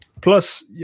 Plus